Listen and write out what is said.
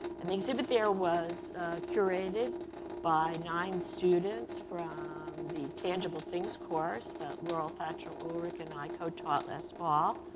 and the exhibit there was curated by nine students from the tangible things course that laurel thatcher ulrich and i co-taught last fall.